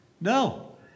No